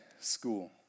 school